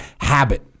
habit